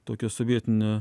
tokią sovietinę